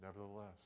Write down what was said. Nevertheless